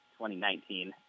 2019